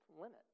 limit